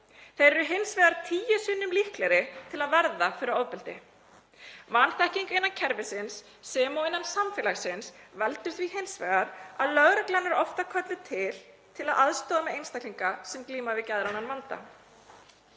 Þeir eru hins vegar tíu sinnum líklegri til að verða fyrir ofbeldi. Vanþekking innan kerfisins sem og innan samfélagsins veldur því hins vegar að lögreglan er oft kölluð til til að aðstoða einstaklinga sem glíma við geðrænan vanda.